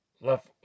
left